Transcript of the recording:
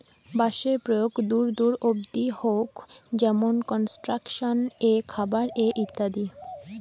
বাঁশের প্রয়োগ দূর দূর অব্দি হউক যেমন কনস্ট্রাকশন এ, খাবার এ ইত্যাদি